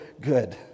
good